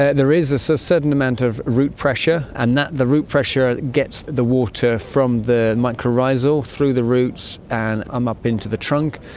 ah there is a so certain amount of root pressure, and the the root pressure gets the water from the mycorrhiza, all through the roots and um up into the trunk,